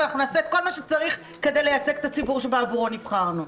אנחנו נעשה כל מה שצריך כדי לייצג את הציבור שבעבורו נבחרנו.